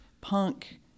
punk